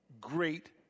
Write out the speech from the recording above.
great